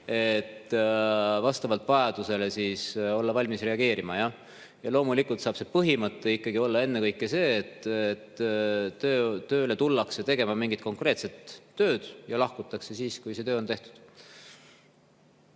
et vastavalt vajadusele olla valmis reageerima. Ja loomulikult saab see põhimõte ikkagi olla ennekõike see, et [siia] tullakse tegema mingit konkreetset tööd ja lahkutakse siis, kui see töö on tehtud.